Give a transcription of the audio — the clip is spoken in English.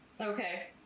Okay